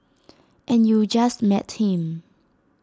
and you just met him